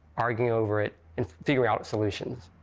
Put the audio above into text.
arguing over it and figuring out solutions.